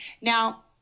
Now